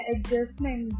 Adjustment